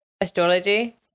astrology